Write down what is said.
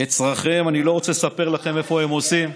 את צרכיהם אני לא רוצה לספר לכם איפה הם עושים.